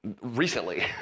recently